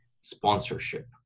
sponsorship